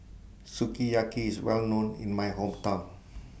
Sukiyaki IS Well known in My Hometown